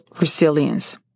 resilience